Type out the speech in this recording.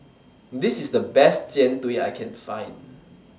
This IS The Best Jian Dui that I Can Find